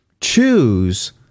choose